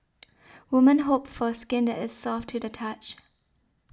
women hope for skin that is soft to the touch